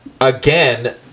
again